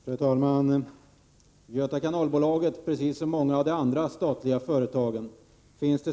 Fru talman!